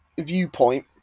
Viewpoint